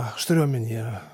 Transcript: aš turiu omenyje